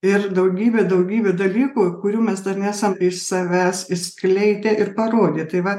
ir daugybę daugybę dalykų kurių mes dar nesam iš savęs išskleidę ir parodę tai va